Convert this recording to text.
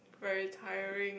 very tiring